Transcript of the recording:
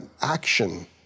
action